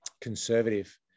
conservative